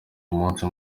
umunsi